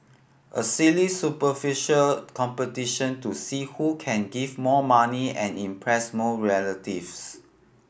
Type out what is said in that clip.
a silly superficial competition to see who can give more money and impress more relatives